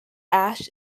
ash